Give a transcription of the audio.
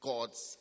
God's